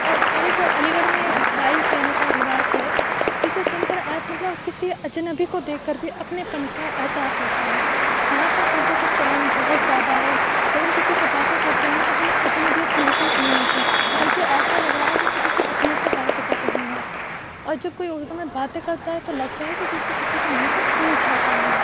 اور ایک علی گڑھ میں ایک بھائی کہنے کا رواج ہے جسے سن کر مطلب کسی اجنبی کو دیکھ کر بھی اپنے پن کا احساس ہوتا ہے یہاں پر اردو کا چلن بہت زیادہ ہے جب ہم کسی سے باتیں کرتے ہیں تو ہمیں اجنبیت محسوس نہیں ہوتی بلکہ ایسا لگ رہا ہے جیسے کسی اپنے سے بات کر رہے ہوں اور جب کوئی اردو میں باتیں کرتا ہے تو لگتا ہے کہ جیسے کسی کے منہ سے پھول جھڑ رہے ہوں